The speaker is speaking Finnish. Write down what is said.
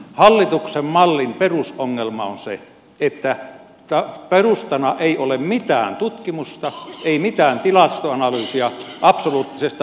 hallituksen mallin perusongelma on se että perustana ei ole mitään tutkimusta ei mitään tilastoanalyysia absoluuttisesta faktasta puhumattakaan